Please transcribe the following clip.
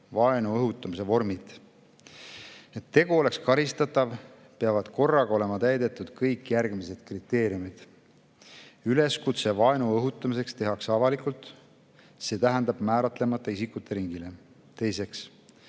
vaenu õhutamise vormid. Et tegu oleks karistatav, peavad korraga olema täidetud kõik järgmised kriteeriumid: üleskutse vaenu õhutamiseks tehakse avalikult, see tähendab määratlemata isikute ringile; teiseks,